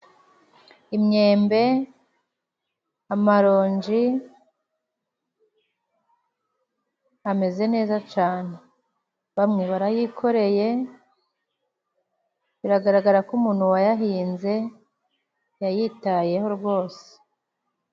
Imyembe, amaronji ameze neza cyane, bamwe barayikoreye, biragaragara ko umuntu wayahinze yayitayeho rwose.